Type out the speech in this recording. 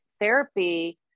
therapy